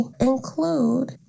include